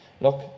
look